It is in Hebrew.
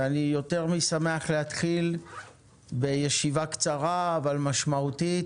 ואני יותר משמח להתחיל בישיבה קצרה אבל משמעותית,